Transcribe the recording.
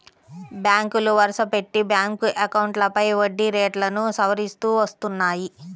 బ్యాంకులు వరుసపెట్టి బ్యాంక్ అకౌంట్లపై వడ్డీ రేట్లను సవరిస్తూ వస్తున్నాయి